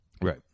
Right